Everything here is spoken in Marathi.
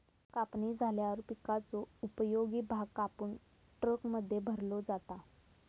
कापणी झाल्यावर पिकाचो उपयोगी भाग कापून ट्रकमध्ये भरलो जाता